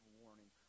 warning